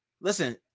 Listen